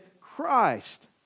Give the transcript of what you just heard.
Christ